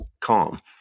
calm